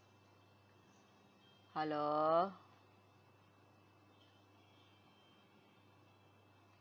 hello